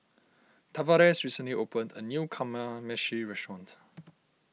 Tavares recently opened a new Kamameshi restaurant